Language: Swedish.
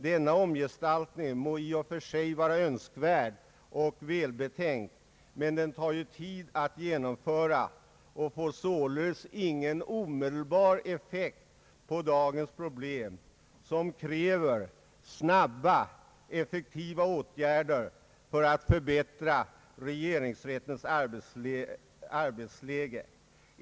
Denna omgestaltning må i och för sig vara önskvärd och välbetänkt, men den tar ju tid att genomföra och får således ingen omedelbar effekt på dagens problem, som kräver snabba, effektiva åtgärder för att förbättra regeringsrättens arbetsläge.